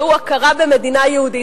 והוא הכרה במדינה יהודית,